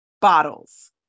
bottles